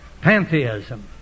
pantheism